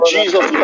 Jesus